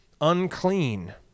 unclean